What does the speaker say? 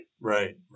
Right